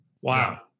Wow